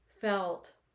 felt